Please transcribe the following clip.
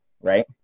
right